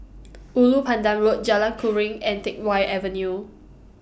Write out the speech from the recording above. Ulu Pandan Road Jalan Keruing and Teck Whye Avenue